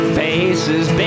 faces